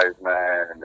man